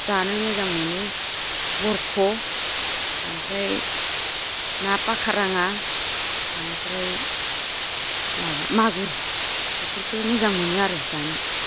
जानो मोजां मोनो बरख' आमफ्राय ना फाखा राङा एनिफ्राय माबा मागुर एफोरखो मोजां मोनो आरो जानो